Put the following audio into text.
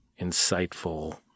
insightful